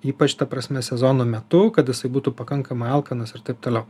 ypač ta prasme sezono metu kad jisai būtų pakankamai alkanas ir taip toliau